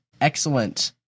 excellent